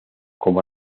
como